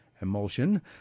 emulsion